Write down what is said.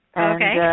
Okay